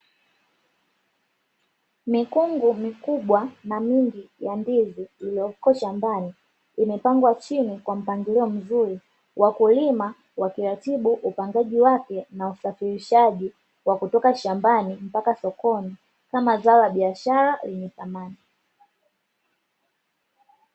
Mikungu mikubwa na mingi ya ndizi iliyoko shambani, imepangwa chini kwa mpangilio mzuri. Wakulima wakiratibu upangaji wake na usafirishaji wa kutoka shambani mpaka sokoni, kama zao la biashara lenye thamani.